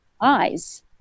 eyes